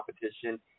competition